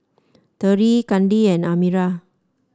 Terrie Kandi and Amira